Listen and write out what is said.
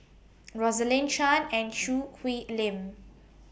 Rosaline Chan and Choo Hwee Lim